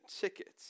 tickets